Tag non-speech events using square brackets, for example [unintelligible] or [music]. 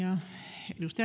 arvoisa [unintelligible]